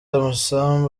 amasambu